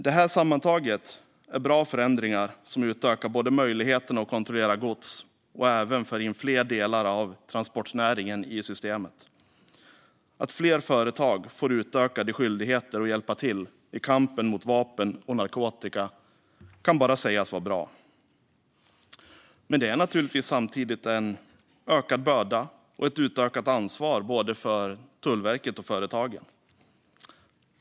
Det här är sammantaget bra förändringar som både utökar möjligheterna att kontrollera gods och för in fler delar av transportnäringen i systemet. Att fler företag får utökade skyldigheter att hjälpa till i kampen mot vapen och narkotika kan bara sägas vara bra. Men det innebär naturligtvis samtidigt en ökad börda och ett utökat ansvar både för Tullverket och för företagen.